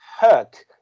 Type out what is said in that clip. hurt